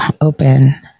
open